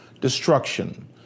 destruction